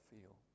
feel